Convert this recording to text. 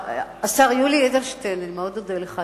השר יולי אדלשטיין, אני מאוד אודה לך.